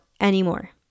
anymore